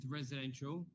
residential